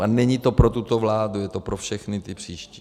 A není to pro tuto vládu, je to pro všechny příští.